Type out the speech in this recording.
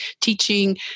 teaching